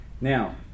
Now